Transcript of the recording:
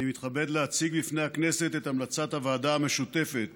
אני מתכבד להציג בפני הכנסת את המלצת הוועדה המשותפת